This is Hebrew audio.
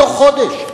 בתוך חודש.